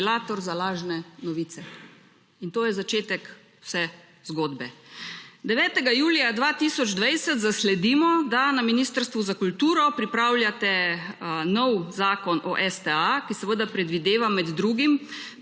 za lažne novice. In to je začetek vse zgodbe. 9. julija 2020 zasledimo, da na Ministrstvu za kulturo pripravljate nov Zakon o STA, ki seveda predvideva med drugim